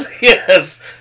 yes